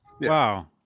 Wow